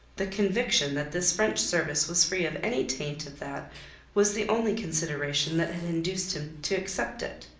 the conviction that this french service was free of any taint of that was the only consideration that had induced him to accept it.